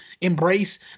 embrace